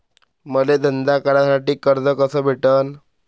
मले धंदा करासाठी कर्ज कस भेटन?